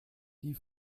die